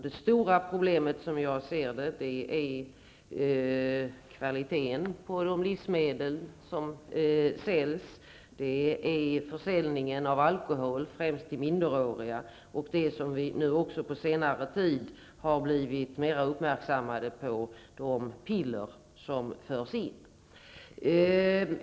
Det stora problemet, som jag ser det, är kvaliteten på de livsmedel som säljs, det är försäljningen av alkohol, främst till minderåriga, och det är detta som vi på senare tid har blivit mera uppmärksammade på, nämligen de piller som förs in.